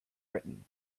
britain